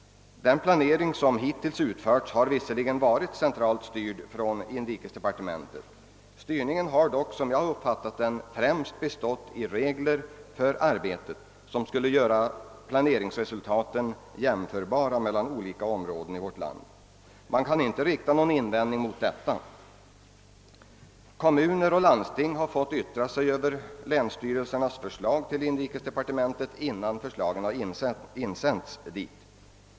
Den planering som hittills utförts har visserligen varit centralt styrd från inrikesdepartementet. Styrningen har dock, såsom jag uppfattar den, främst bestått i regler för arbetet, vilka skulle göra planeringsresultaten jämförbara mellan olika områden i vårt land. Man kan inte rikta någon invändning mot detta. Kommuner och landsting har fått yttra sig över länsstyrelsernas förslag till inrikesdepartementet innan de insänts dit.